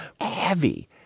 Heavy